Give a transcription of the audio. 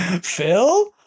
Phil